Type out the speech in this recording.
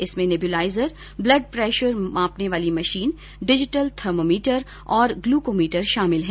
इण मांय nebuliser blood pressure मापण वाळी मशीन डिजिटल थर्मोमीटर अर ग्लूकोमीटर शामिल हैं